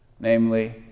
Namely